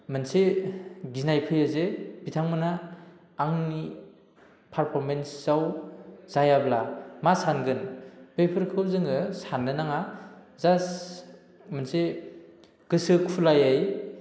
मोनसे गिनाय फैयो जे बिथांमोना आंनि फार्फरमेन्सआव जायाब्ला मा सानगोन बैफोरखौ जोङो साननो नाङा जास्ट मोनसे गोसो खुलायै